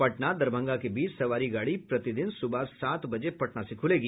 पटना दरभंगा के बीच सवारी गाड़ी प्रतिदिन सुबह सात बजे पटना से खुलेगी